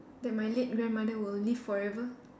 that my late grandmother will live forever